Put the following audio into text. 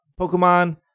Pokemon